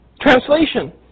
Translation